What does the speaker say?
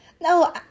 No